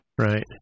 Right